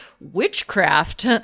witchcraft